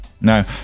No